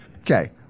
Okay